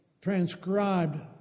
transcribed